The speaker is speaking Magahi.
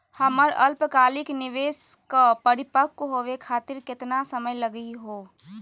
हमर अल्पकालिक निवेस क परिपक्व होवे खातिर केतना समय लगही हो?